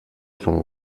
son